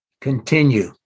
continue